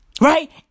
Right